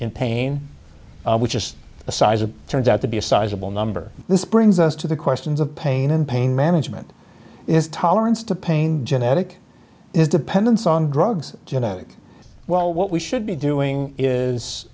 in pain which is the size of turns out to be a sizable number this brings us to the questions of pain and pain management is tolerance to pain genetic is dependence on drugs you know well what we should be doing is